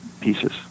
pieces